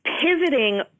Pivoting